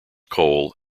coal